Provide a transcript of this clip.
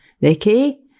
Vicky